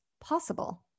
possible